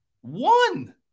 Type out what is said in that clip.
one